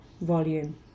volume